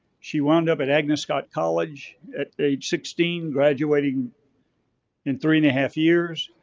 she wound up at agnes scott college at age sixteen, graduating in three and a half years.